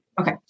Okay